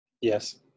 Yes